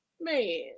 Man